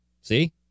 see